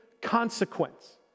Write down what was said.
consequence